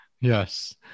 Yes